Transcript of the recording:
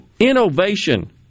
Innovation